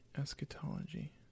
Eschatology